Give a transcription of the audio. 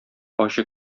ачы